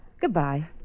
Goodbye